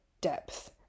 depth